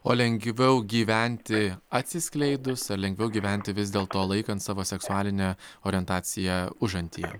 o lengviau gyventi atsiskleidus ar lengviau gyventi vis dėlto laikant savo seksualinę orientaciją užantyje